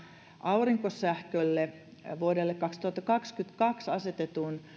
aurinkosähkölle vuodelle kaksituhattakaksikymmentäkaksi asetetun